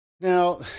Now